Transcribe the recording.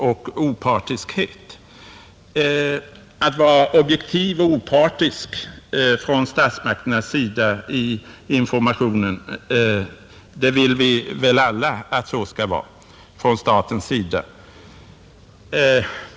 Vi vill väl alla att statsmakternas information skall vara objektiv och opartisk.